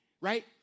right